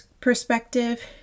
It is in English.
perspective